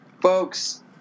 folks